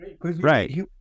Right